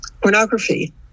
Pornography